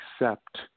accept